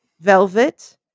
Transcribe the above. Velvet